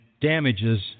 damages